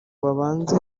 babanze